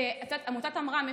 עמותת עמרם,